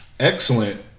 excellent